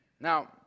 Now